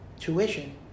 tuition